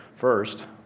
first